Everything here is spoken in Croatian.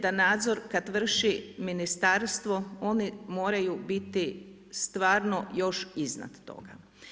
Da nadzor, kad vrši ministarstvo, oni moraju biti stvarno još iznad toga.